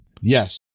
Yes